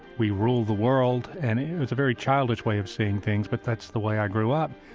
we rule the world. and it was a very childish way of seeing things, but that's the way i grew up.